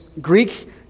Greek